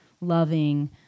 loving